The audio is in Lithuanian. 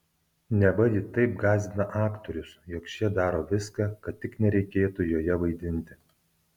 neva ji taip gąsdina aktorius jog šie daro viską kad tik nereikėtų joje vaidinti